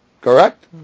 Correct